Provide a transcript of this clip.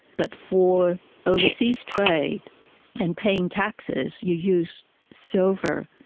but for overseas trade and paying taxes you use silver.